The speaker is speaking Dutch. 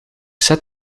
zet